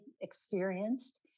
experienced